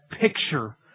picture